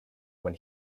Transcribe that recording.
when